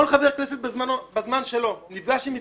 כל חבר כנסת בזמן שלו נפגש עם מתמחים,